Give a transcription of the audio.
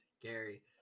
Gary